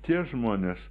tie žmonės